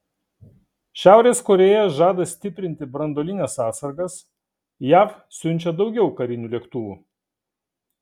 šiaurės korėja žada stiprinti branduolines atsargas jav siunčia daugiau karinių lėktuvų